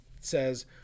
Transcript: says